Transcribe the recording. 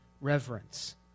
reverence